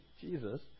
Jesus